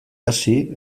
hasi